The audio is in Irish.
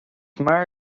mar